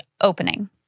opening